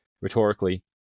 rhetorically